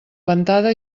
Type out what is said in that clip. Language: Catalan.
ventada